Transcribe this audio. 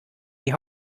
die